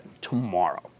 tomorrow